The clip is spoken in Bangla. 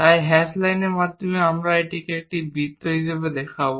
তাই হ্যাশ লাইনের মাধ্যমে আমরা এটিকে একটি বৃত্ত হিসাবে দেখব